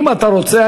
אם אתה רוצה,